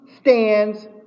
stands